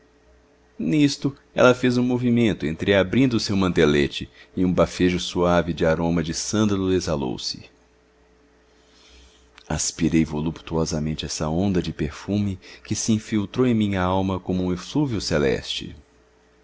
nisto ela fez um movimento entreabrindo o seu mantelete e um bafejo suave de aroma de sândalo exalou se aspirei voluptuosamente essa onda de perfume que se infiltrou em minha alma como um eflúvio celeste